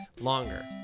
longer